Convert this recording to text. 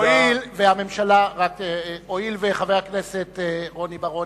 הואיל וחבר הכנסת רוני בר-און,